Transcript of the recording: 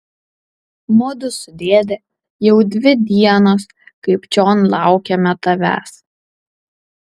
mudu su dėde jau dvi dienos kaip čion laukiame tavęs